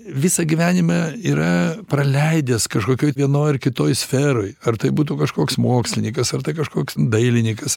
visą gyvenimą yra praleidęs kažkokioj vienoj ar kitoj sferoj ar tai būtų kažkoks mokslinikas ar tai kažkoks dailinikas